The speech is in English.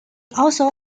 also